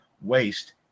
waste